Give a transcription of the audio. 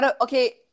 Okay